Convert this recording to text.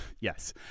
Yes